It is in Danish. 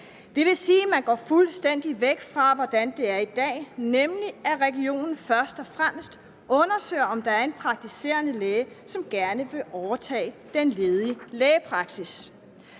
Det vil sige, at man går fuldstændig væk fra, hvordan det er i dag, nemlig sådan, at regionen først og fremmest undersøger, om der er en praktiserende læge, som gerne vil overtage den ledige lægepraksis.